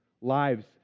Lives